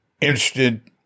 interested